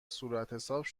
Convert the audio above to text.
صورتحساب